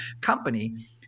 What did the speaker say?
company